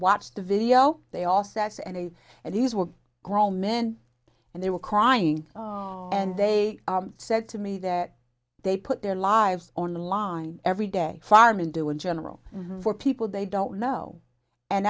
watched the video they all said and i and these were grown men and they were crying and they said to me that they put their lives on the line every day firemen do in general for people they don't know and